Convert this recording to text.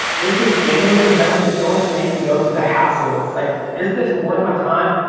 is this genuinely going to going to make me go through the hassle? like is this worth my time?